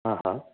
हा हा